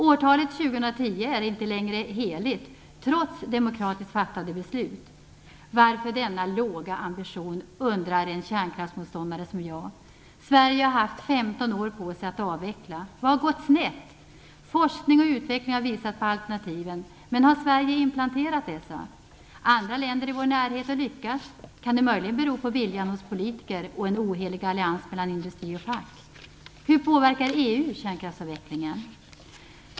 Årtalet 2010 är inte längre heligt trots demokratiskt fattade beslut. Varför denna låga ambition? undrar en kärnkraftsmotståndare som jag. Sverige har haft 15 år på sig att avveckla. Vad har gått snett? Forskning och utveckling har visat på alternativen, men har Sverige implementerat detta? Andra länder i vår närhet har lyckats. Kan det möjligen bero på viljan hos politiker och en ohelig allians mellan industri och fack? Hur påverkar EU kärnkraftsavvecklingen?